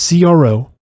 CRO